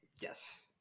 yes